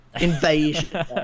invasion